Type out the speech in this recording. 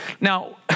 Now